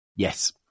Yes